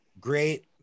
great